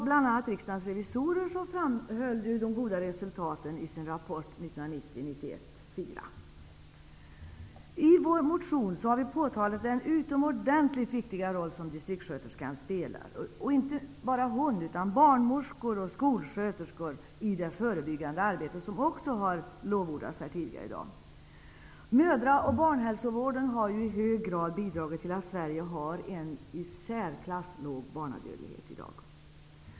Bl.a. har Riksdagens revisorer framhållit de goda resultaten i sin rapport I vår motion har vi påtalat den utomordentligt viktiga roll som distriktssköterskan spelar -- och då inte bara hon utan också barnmorskor och skolsköterskor -- i det förebyggande arbete som också har lovordats här tidigare i dag. Mödra och barnhälsovården har i hög grad bidragit till att Sverige har en i särklass låg barnadödlighet i dag.